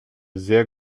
sehr